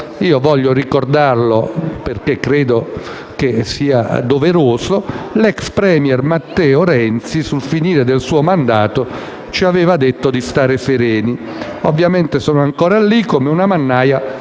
voglio ricordare, perché credo sia doveroso, che l'ex premier Matteo Renzi, sul finire del suo mandato, ci aveva detto di "stare sereni": ovviamente sono ancora lì, come una mannaia